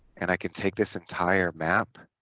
and i can take this entire map